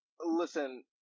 Listen